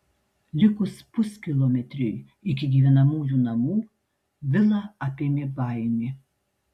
likus puskilometriui iki gyvenamųjų namų vilą apėmė baimė